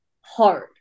hard